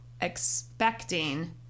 expecting